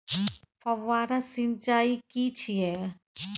फव्वारा सिंचाई की छिये?